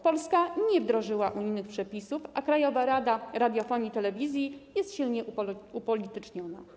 Polska nie wdrożyła unijnych przepisów, a Krajowa Rada Radiofonii i Telewizji jest silnie upolityczniona.